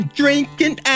drinking